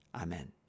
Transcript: Amen